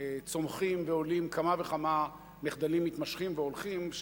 צומחים ועולים כמה וכמה מחדלים מתמשכים והולכים,